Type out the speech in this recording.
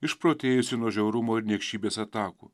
išprotėjusį nuo žiaurumo ir niekšybės atakų